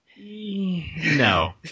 no